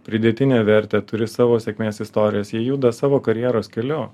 pridėtinę vertę turi savo sėkmės istorijas jie juda savo karjeros keliu